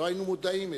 לא היינו מודעים.